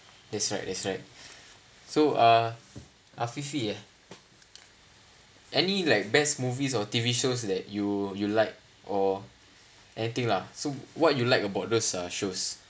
that's right that's right so uh afifi ah any like best movies or T_V shows that you you like or anything lah so what you like about those uh shows